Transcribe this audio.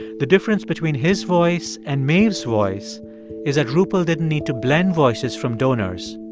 the difference between his voice and maeve's voice is that rupal didn't need to blend voices from donors.